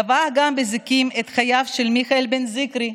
גבה האגם בזיקים את חייו של מיכאל בן זיקרי,